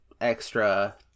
extra-